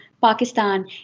Pakistan